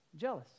jealous